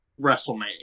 WrestleMania